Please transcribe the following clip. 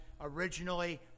originally